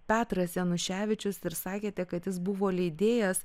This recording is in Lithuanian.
petras januševičius ir sakėte kad jis buvo leidėjas